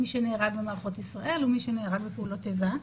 מי שנהרג במערכות ישראל ומי שנהרג בפעולות איבה.